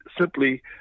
simply